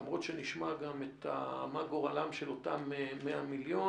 למרות שנשמע גם מה גורלם של אותם 100 מיליון